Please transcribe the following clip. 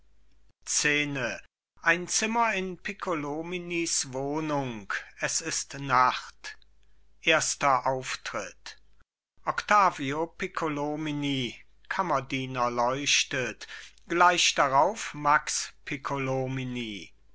szene ein zimmer in piccolominis wohnung es ist nacht erster auftritt octavio piccolomini kammerdiener leuchtet gleich darauf max